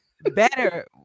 Better